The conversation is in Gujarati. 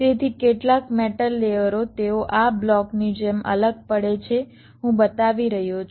તેથી કેટલાક મેટલ લેયરો તેઓ આ બ્લોકની જેમ અલગ પડે છે હું બતાવી રહ્યો છું